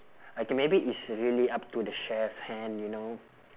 okay maybe it's really up to the chef's hand you know